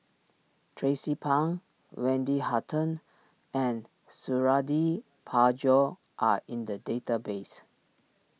Tracie Pang Wendy Hutton and Suradi Parjo are in the database